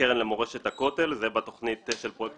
לקרן למורשת הכותל ובתוכנית של פרויקטים